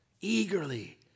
eagerly